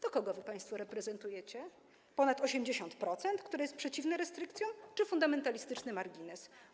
To kogo wy, państwo, reprezentujecie: ponad 80%, które jest przeciwne restrykcjom, czy fundamentalistyczny margines?